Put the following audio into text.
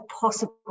possible